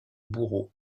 bourreau